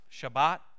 Shabbat